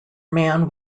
man